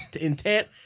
intent